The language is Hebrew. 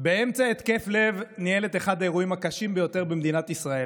באמצע התקף לב ניהל את אחד האירועים הקשים ביותר במדינת ישראל,